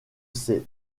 ces